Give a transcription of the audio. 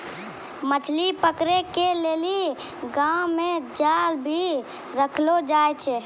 मछली पकड़े के लेली गांव मे जाल भी रखलो जाए छै